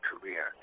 career